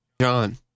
John